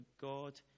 God